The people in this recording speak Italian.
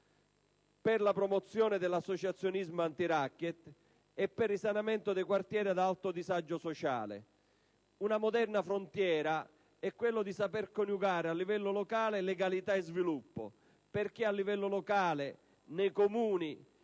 per la promozione dell'associazionismo antiracket e per il risanamento dei quartieri ad alto disagio sociale. Una moderna frontiera è quella di saper coniugare a livello locale legalità e sviluppo; a livello locale, nei Comuni,